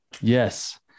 Yes